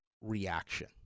reaction